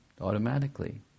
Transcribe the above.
automatically